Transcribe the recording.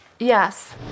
Yes